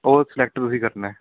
ਉਹ ਸਲੈਕਟ ਤੁਸੀਂ ਕਰਨਾ